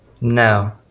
no